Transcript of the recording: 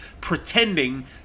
pretending